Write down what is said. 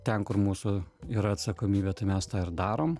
ten kur mūsų yra atsakomybė tai mes tą ir darom